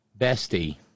bestie